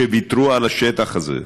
שוויתרו על השטח הזה.